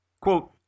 quote